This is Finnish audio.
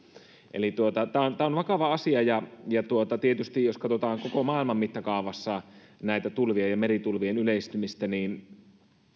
eli tämä on vakava asia ja ja tietysti jos katsotaan koko maailman mittakaavassa tulvien ja meritulvien yleistymistä niin